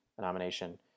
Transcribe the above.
nomination